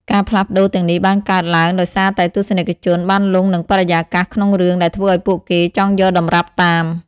ការផ្លាស់ប្តូរទាំងនេះបានកើតឡើងដោយសារតែទស្សនិកជនបានលង់នឹងបរិយាកាសក្នុងរឿងដែលធ្វើឲ្យពួកគេចង់យកតម្រាប់តាម។